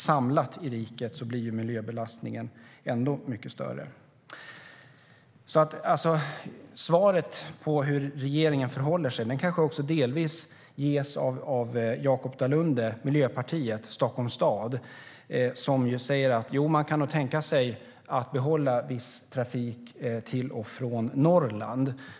Samlat i riket blir miljöbelastningen ännu mycket större. Svaret på hur regeringen förhåller sig till frågan kanske delvis ges av Jakop Dalunde, Miljöpartiet, Stockholms stad, som säger att man nog kan tänka sig att behålla viss trafik till och från Norrland.